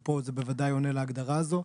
ופה זה בוודאי עונה להגדרה הזאת,